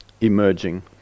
emerging